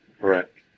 Correct